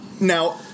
Now